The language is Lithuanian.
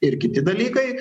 ir kiti dalykai